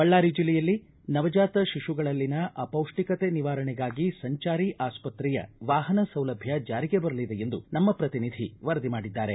ಬಳ್ಳಾರಿ ಜಿಲ್ಲೆಯಲ್ಲಿ ನವಜಾತ ಶಿಶುಗಳಲ್ಲಿನ ಅಪೌಷ್ಟಿಕತೆ ನಿವಾರಣೆಗಾಗಿ ಸಂಚಾರಿ ಆಸ್ಪತ್ರೆಯ ವಾಹನ ಸೌಲಭ್ಧ ಜಾರಿಗೆ ಬರಲಿದೆ ಎಂದು ನಮ್ಮ ಪ್ರತಿನಿಧಿ ವರದಿ ಮಾಡಿದ್ದಾರೆ